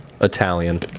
Italian